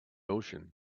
ocean